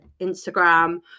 instagram